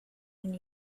and